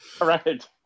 right